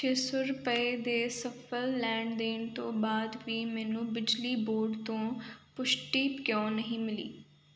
ਛੇ ਸੌ ਰੁਪਏ ਦੇ ਸਫਲ ਲੈਣ ਦੇਣ ਤੋਂ ਬਾਅਦ ਵੀ ਮੈਨੂੰ ਬਿਜਲੀ ਬੋਰਡ ਤੋਂ ਪੁਸ਼ਟੀ ਕਿਉਂ ਨਹੀਂ ਮਿਲੀ